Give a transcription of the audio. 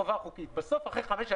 השארת לו שתי פצצות בחצר,